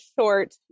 short